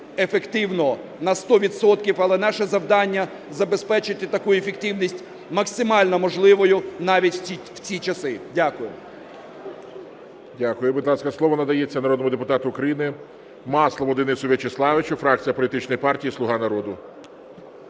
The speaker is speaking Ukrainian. ефективно, на 100 відсотків. Але наше завдання забезпечити таку ефективність максимально можливою навіть в ці часи. Дякую. ГОЛОВУЮЧИЙ. Дякую. Будь ласка, слово надається народному депутату України Маслову Денису Вячеславовичу, фракція політичної партії "Слуга народу".